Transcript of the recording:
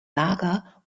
lager